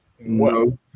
No